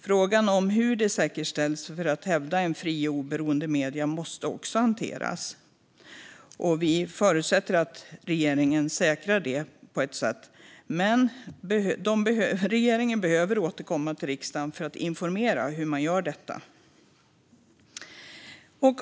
Frågan om hur det säkerställs för att hävda fria och oberoende medier måste också hanteras. Vi förutsätter att regeringen säkrar det. Men regeringen behöver återkomma till riksdagen för att informera om hur man gör detta.